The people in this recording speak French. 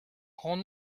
grand